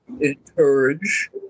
encourage